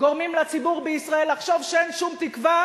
גורמים לציבור בישראל לחשוב שאין שום תקווה,